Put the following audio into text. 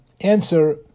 answer